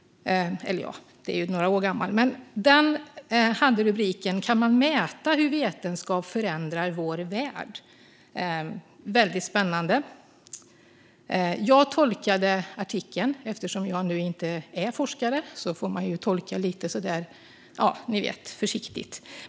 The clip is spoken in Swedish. Den har rubriken: Kan man mäta hur vetenskap förändrar vår värld? Artikeln var väldigt spännande. Eftersom jag inte är forskare får jag tolka den lite försiktigt.